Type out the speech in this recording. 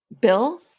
bill